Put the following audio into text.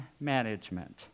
management